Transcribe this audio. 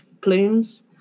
plumes